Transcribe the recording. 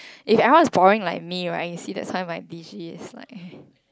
if everyone was boring like me right you see the time I busy is like